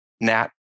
NAT